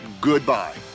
goodbye